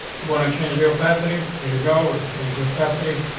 you want to change the opacity, you go. we can change the opacity.